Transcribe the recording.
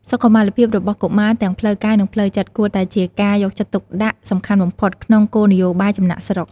សុខុមាលភាពរបស់កុមារ ទាំងផ្លូវកាយ និងផ្លូវចិត្ត គួរតែជាការយកចិត្តទុកដាក់សំខាន់បំផុតក្នុងគោលនយោបាយចំណាកស្រុក។